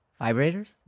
Vibrators